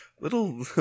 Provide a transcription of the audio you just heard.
little